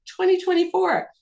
2024